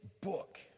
book